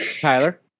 Tyler